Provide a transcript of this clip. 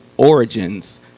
origins